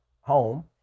home